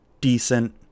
decent